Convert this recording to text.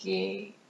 okay